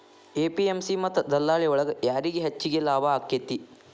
APMC ಮತ್ತ ದಲ್ಲಾಳಿ ಒಳಗ ಯಾರಿಗ್ ಹೆಚ್ಚಿಗೆ ಲಾಭ ಆಕೆತ್ತಿ?